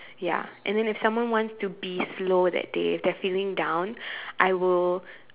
ya and then if someone wants to be slow that day if they're feeling down I will